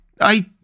I